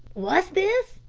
what's this?